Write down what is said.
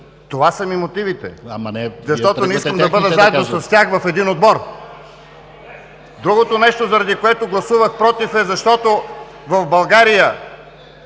ТАСКО ЕРМЕНКОВ: Защото не искам да бъда заедно с тях в един отбор. Другото нещо, заради което гласувах „против“, е защото в България